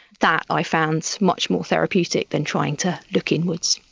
that i found much more therapeutic than trying to look inwards.